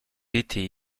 été